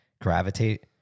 gravitate